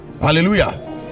Hallelujah